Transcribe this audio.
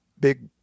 big